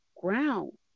ground